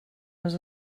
les